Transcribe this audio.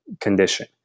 condition